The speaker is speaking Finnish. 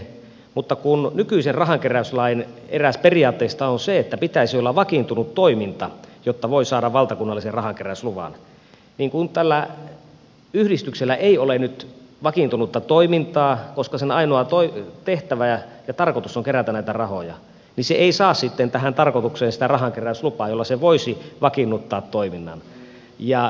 mutta nykyisen rahanke räyslain eräs periaatteista on se että pitäisi olla vakiintunut toiminta jotta voi saada valtakunnallisen rahankeräysluvan ja kun tällä yhdistyksellä ei ole nyt vakiintunutta toimintaa koska sen ainoa tehtävä ja tarkoitus on kerätä näitä rahoja niin se ei saa sitten tähän tarkoitukseen sitä rahankeräyslupaa jolla se voisi vakiinnuttaa toiminnan